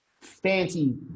fancy